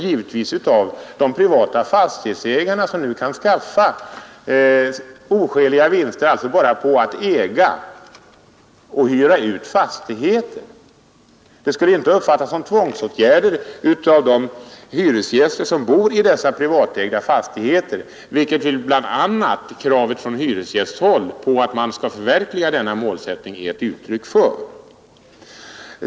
Givetvis av de privata fastighetsägarna, som nu kan tillskansa sig oskäliga vinster bara på att äga och hyra ut fastigheter. Det skulle inte uppfattas som tvångsåtgärder av de hyresgäster som bor i de privatägda fastigheterna, vilket ju bl.a. kravet från hyresgästhåll på att man skall förverkliga denna målsättning är ett uttryck för.